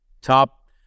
top